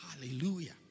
Hallelujah